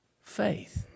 Faith